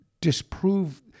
disprove